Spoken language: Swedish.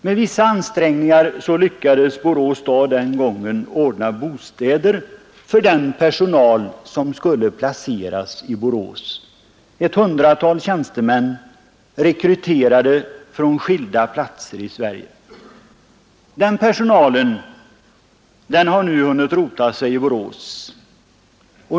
Med vissa ansträngningar lyckades Borås stad den gången ordna bostäder för den personal som skulle placeras i Borås, ett hundratal tjänstemän rekryterade från skilda platser i Sverige. Den personalen har nu hunnit rota sig i Borås.